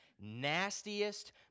nastiest